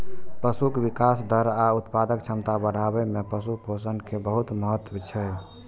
पशुक विकास दर आ उत्पादक क्षमता बढ़ाबै मे पशु पोषण के बहुत महत्व छै